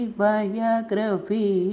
biography